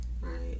right